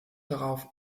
darauf